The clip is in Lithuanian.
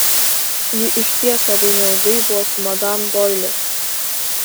ji išties labai neilgai buvo su madam doili